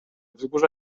wzgórza